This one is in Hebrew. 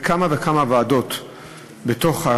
בכמה וכמה ועדות בכנסת,